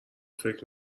فکر